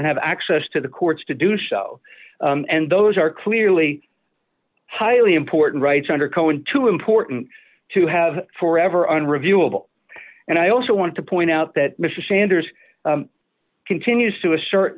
have access to the courts to do show and those are clearly highly important rights under cohen too important to have forever unreviewable and i also want to point out that mr standers continues to assert